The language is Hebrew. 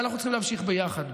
ואנחנו צריכים להמשיך ביחד.